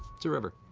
it's a river.